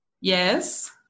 yes